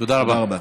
תודה רבה.